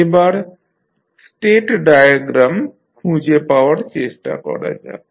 এবার state diagram খুঁজে পাওয়ার চেষ্টা করা যাক